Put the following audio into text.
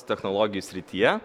technologijų srityje